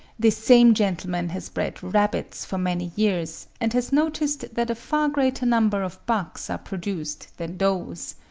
this same gentleman has bred rabbits for many years, and has noticed that a far greater number of bucks are produced than does.